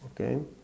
okay